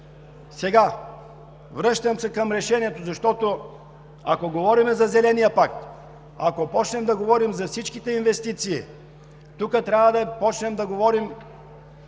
Сега се връщам към решението, защото, ако говорим за Зеления пакт, ако започнем да говорим за всичките инвестиции, тук трябва да започнем да говорим